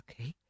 Okay